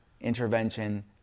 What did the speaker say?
intervention